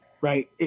right